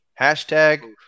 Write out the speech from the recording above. Hashtag